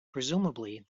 presumably